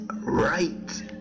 right